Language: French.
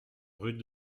rue